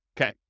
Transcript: Okay